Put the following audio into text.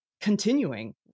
continuing